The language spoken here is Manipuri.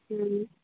ꯎꯝ